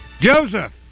Joseph